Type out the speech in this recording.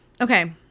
Okay